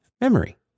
memory